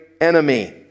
enemy